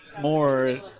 more